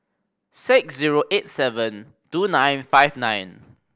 six zero eight seven two nine five nine